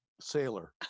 sailor